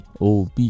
OB